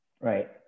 Right